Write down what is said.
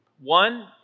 One